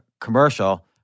commercial